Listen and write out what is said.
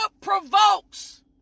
provokes